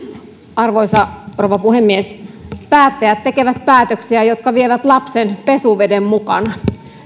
arvoisa rouva puhemies päättäjät tekevät päätöksiä jotka vievät lapsen pesuveden mukana